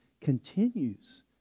continues